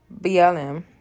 BLM